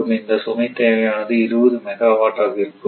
மொத்த சுமை தேவையானது 20 மெகாவாட் ஆக இருக்கும்